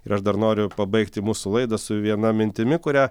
ir aš dar noriu pabaigti mūsų laidą su viena mintimi kurią